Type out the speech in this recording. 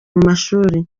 mashuri